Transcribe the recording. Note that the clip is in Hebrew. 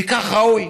וכך ראוי.